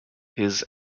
his